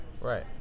Right